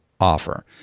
offer